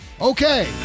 Okay